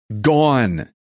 gone